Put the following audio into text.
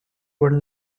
were